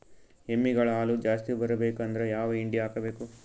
ಎಮ್ಮಿ ಗಳ ಹಾಲು ಜಾಸ್ತಿ ಬರಬೇಕಂದ್ರ ಯಾವ ಹಿಂಡಿ ಹಾಕಬೇಕು?